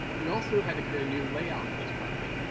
we also had to create a new layout for this property.